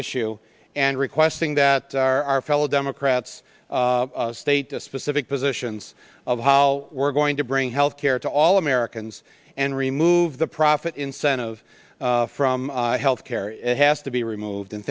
issue and requesting that our fellow democrats state the specific positions of how we're going to bring health care to all americans and remove the profit incentive from health care it has to be removed and